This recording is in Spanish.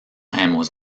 hemos